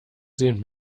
sehen